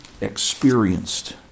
experienced